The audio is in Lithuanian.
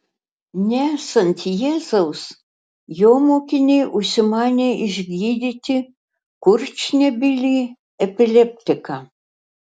nesant jėzaus jo mokiniai užsimanė išgydyti kurčnebylį epileptiką